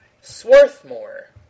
Swarthmore